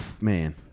man